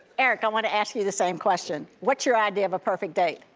eric, i wanna ask you the same question. what's your idea of a perfect date?